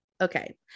okay